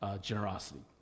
generosity